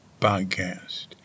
podcast